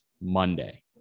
Monday